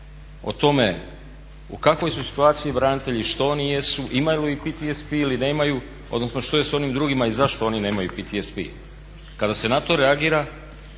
o tome u kakvoj su situaciji branitelji, što oni jesu, imaju li PTSP ili nemaju odnosno što je s onim drugima i zašto oni nemaju PTSP. Kada se na to reagira